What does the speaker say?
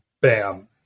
Bam